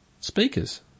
Speakers